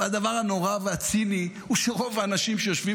והדבר הנורא והציני הוא שרוב האנשים שיושבים